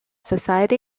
society